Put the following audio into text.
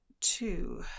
two